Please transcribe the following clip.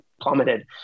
plummeted